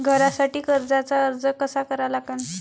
घरासाठी कर्जाचा अर्ज कसा करा लागन?